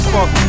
Fuck